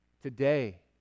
Today